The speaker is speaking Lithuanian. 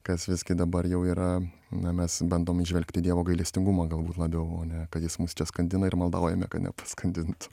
kas visgi dabar jau yra na mes bandom įžvelgti dievo gailestingumą galbūt labiau o ne kad jis mus čia skandina ir maldaujame kad nepaskandintų